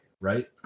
right